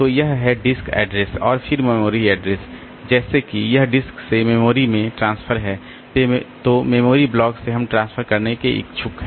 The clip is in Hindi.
तो वह है डिस्क एड्रेस और फिर मेमोरी एड्रेस जैसे कि यह डिस्क से मेमोरी में ट्रांसफर है तो मेमोरी ब्लॉक से हम ट्रांसफर करने के इच्छुक हैं